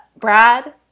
Brad